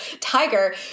tiger